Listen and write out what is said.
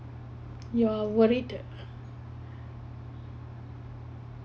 you are worried